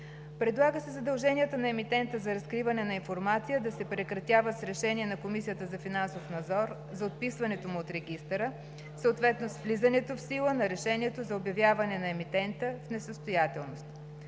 Предлага се задълженията на емитента за разкриване на информация да се прекратяват с решението на КФН за отписването му от регистъра, съответно с влизането в сила на решението за обявяване на емитента в несъстоятелност.